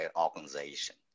organization